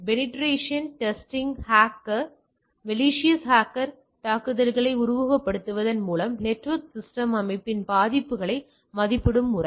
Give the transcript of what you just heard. penetration testing malicious ஹேக்கரின் தாக்குதலை உருவகப்படுத்துவதன் மூலம் நெட்வொர்க் சிஸ்டம் அமைப்பின் பாதிப்புகளை மதிப்பிடும் முறை